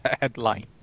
headline